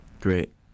Great